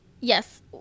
Yes